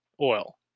oil